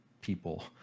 people